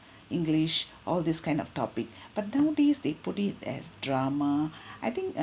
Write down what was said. english all this kind of topic but nowadays they put it as drama I think